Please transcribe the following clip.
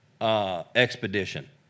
expedition